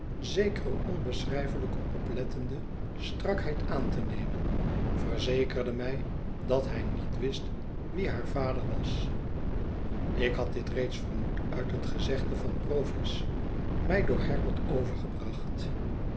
zekere onbeschrijfelijke oplettende strakheid aan te nemen verzekerde mij dat hij niet wist wie haar vader was ik had dit reeds vermoed uit het gezegde van provis mij door